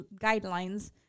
guidelines